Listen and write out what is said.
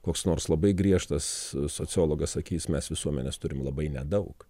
koks nors labai griežtas sociologas sakys mes visuomenės turim labai nedaug